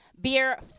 Beer